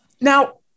Now